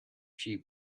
few